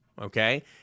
Okay